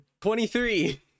23